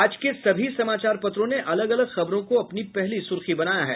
आज के सभी समाचार पत्रों ने अलग अलग खबरों को अपनी पहली सुर्खी बनाया है